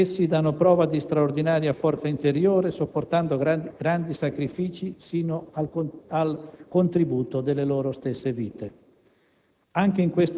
Essi danno prova di straordinaria forza interiore, sopportando grandi sacrifici, sino al contributo delle loro stesse vite.